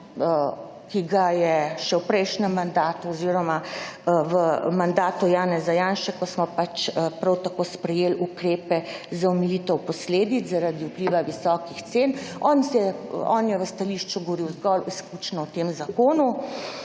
ki ga je še v prejšnjem mandatu oziroma v mandatu Janeza Janše, ko smo prav tako sprejeli ukrepe za omilitev posledic zaradi vpliva visokih cen, on je v stališču govoril zgolj izključno o tem zakonu,